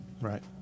Right